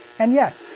and yet,